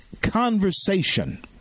conversation